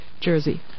jersey